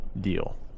deal